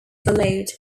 followed